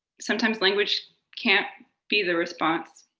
sometimes language can't be the response.